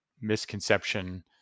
misconception